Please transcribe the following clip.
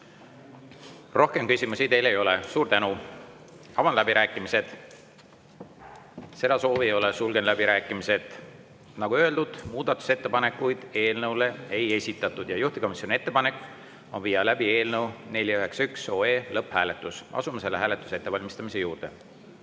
Rohkem küsimusi teile ei ole. Suur tänu! Avan läbirääkimised. Seda soovi ei ole, sulgen läbirääkimised. Nagu öeldud, muudatusettepanekuid eelnõu kohta ei esitatud. Juhtivkomisjoni ettepanek on viia läbi eelnõu 491 lõpphääletus. Asume selle hääletuse ettevalmistamise juurde. Head